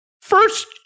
first